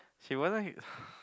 she wasn't Heath